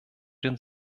den